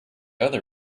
other